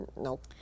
Nope